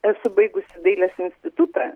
esu baigusi dailės institutą